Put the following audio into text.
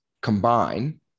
combine